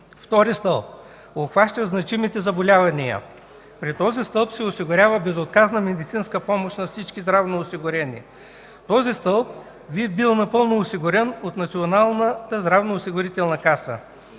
Втори стълб – обхваща значимите заболявания. При този стълб се осигурява безотказна медицинска помощ на всички здравноосигурени. Този стълб би бил напълно осигурен от Националната здравноосигурителна каса.